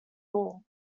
all